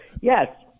yes